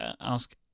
Ask